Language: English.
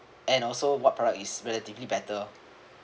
and also what product is relatively better